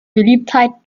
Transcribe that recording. beliebtheit